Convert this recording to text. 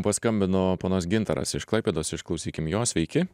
paskambino ponas gintaras iš klaipėdos išklausykim jo sveiki